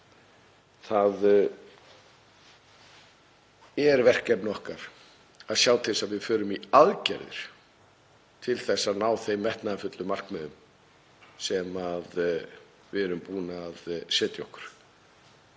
Það er verkefni okkar að sjá til þess að við förum í aðgerðir til að ná þeim metnaðarfullu markmiðum sem við erum búin að setja okkur